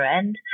end